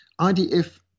IDF